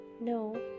No